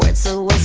but so